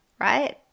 right